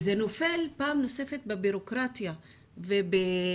זה נופל פעם נוספת בבירוקרטיה והתלמידים